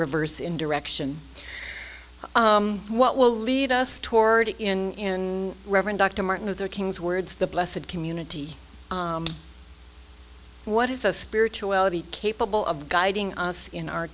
reverse in direction what will lead us toward in reverend dr martin luther king's words the blessid community what is the spirituality capable of guiding us in our